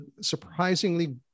surprisingly